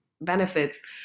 benefits